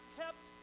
kept